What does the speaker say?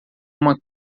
uma